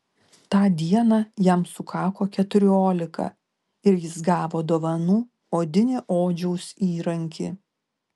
tą dieną jam sukako keturiolika ir jis gavo dovanų odinį odžiaus įrankį